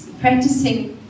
practicing